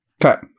Cut